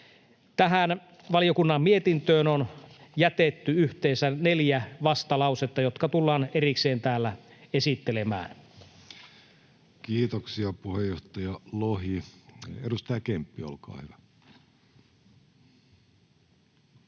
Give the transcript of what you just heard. Tähän valiokunnan mietintöön on jätetty yhteensä neljä vastalausetta, jotka tullaan erikseen täällä esittelemään. [Speech 3] Speaker: Jussi Halla-aho